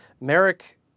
Merrick